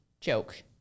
joke